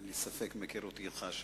אין לי ספק, מהיכרותי אתך,